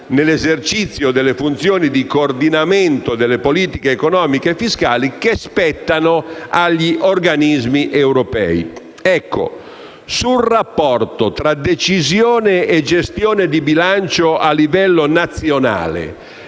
nell'esercizio delle funzioni di coordinamento delle politiche economiche e fiscali che spettano agli organismi europei. Ecco, sul rapporto tra decisione e gestione di bilancio a livello nazionale